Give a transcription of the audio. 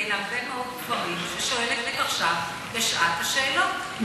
בין הרבה מאוד גברים, ששואלת עכשיו בשעת השאלות.